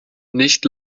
nicht